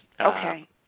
Okay